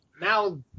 Now